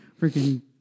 freaking